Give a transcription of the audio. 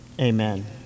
Amen